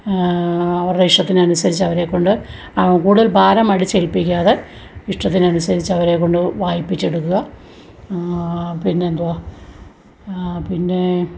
അവരുടെ ഇഷ്ടത്തിനനുസരിച്ച് അവരെ കൊണ്ട് കൂടുതൽ ഭാരം അടിച്ചേൽപ്പിക്കാതെ ഇഷ്ടത്തിനനുസരിച്ച് അവരെ കൊണ്ട് വായിപ്പിച്ചെടുക്കുക പിന്നെന്തുവാ പിന്നെ